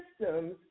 systems